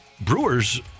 Brewers